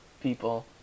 people